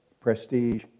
prestige